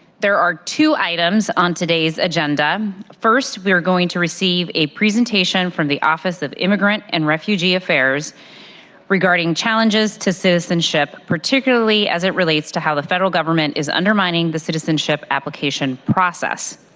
there are two items on today's agenda. first we're going to receive a presentation from the office of immigrant and refugee affairs regarding challenges to citizenship particularly as it relates to how the federal government is undermining the citizenship application process.